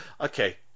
okay